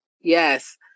Yes